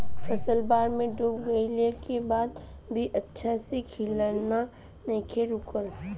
फसल बाढ़ में डूब गइला के बाद भी अच्छा से खिलना नइखे रुकल